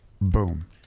Boom